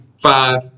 five